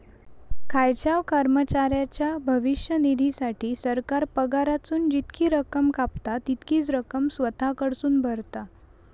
खायच्याव कर्मचाऱ्याच्या भविष्य निधीसाठी, सरकार पगारातसून जितकी रक्कम कापता, तितकीच रक्कम स्वतः कडसून भरता